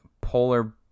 Polar